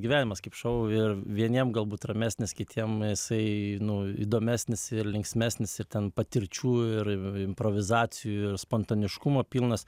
gyvenimas kaip šou ir vieniem galbūt ramesnis kitiem jisai nu įdomesnis ir linksmesnis ir ten patirčių ir improvizacijų ir spontaniškumo pilnas